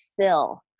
fill